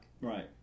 right